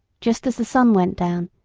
just as the sun went down,